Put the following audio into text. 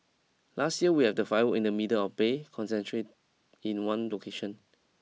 last year we had the firework in the middle of the Bay concentrate in one location